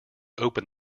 open